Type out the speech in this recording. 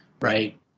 right